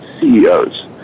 CEOs